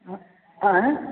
आंय